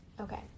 Okay